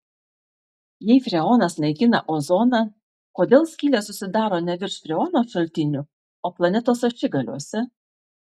jei freonas naikina ozoną kodėl skylės susidaro ne virš freono šaltinių o planetos ašigaliuose